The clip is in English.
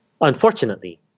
unfortunately